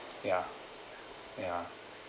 ya ya